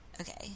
Okay